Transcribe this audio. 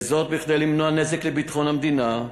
וזאת כדי למנוע נזק לביטחון המדינה.